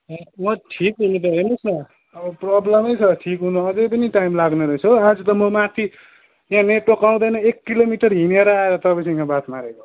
म ठिक हुनु त हेर्नुहोस् न अब प्रब्लमै छ ठिक हुनु अझै पनि टाइम लाग्ने रहेछ हो आज त म माथि त्यहाँ नेटवर्क आउँदैन एक किलोमिटर हिँडेर आएर तपाईँसित बात मारेको